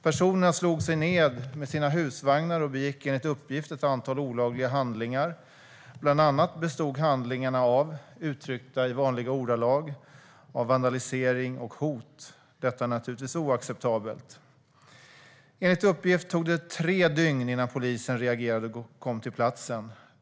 Personerna slog sig ned med sina husvagnar och begick enligt uppgift ett antal olagliga handlingar. Bland annat bestod handlingarna av - uttryckt i vanliga ordalag - vandalisering och hot. Detta är naturligtvis oacceptabelt. Enligt uppgift tog det tre dygn innan polisen reagerade och kom till platsen.